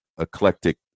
eclectic